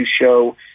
show